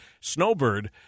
Snowbird